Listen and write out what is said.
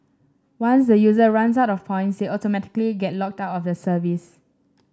once the user runs out of points they automatically get locked out of the service